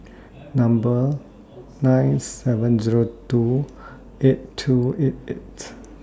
Number nine seven Zero two eight two eight eight